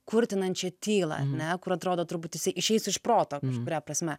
kurtinančią tylą ar ne kur atrodo turbūt jisai išeisiu iš proto kuria prasme